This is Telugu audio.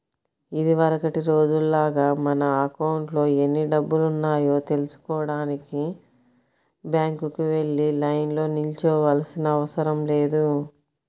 ఇదివరకటి రోజుల్లాగా మన అకౌంట్లో ఎన్ని డబ్బులున్నాయో తెల్సుకోడానికి బ్యాంకుకి వెళ్లి లైన్లో నిల్చోనవసరం లేదు